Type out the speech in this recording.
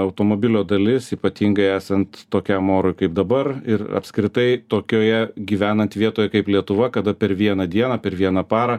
automobilio dalis ypatingai esant tokiam orui kaip dabar ir apskritai tokioje gyvenant vietoj kaip lietuva kada per vieną dieną per vieną parą